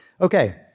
Okay